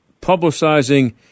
publicizing